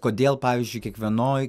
kodėl pavyzdžiui kiekvienoj